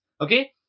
Okay